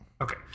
Okay